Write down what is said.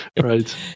right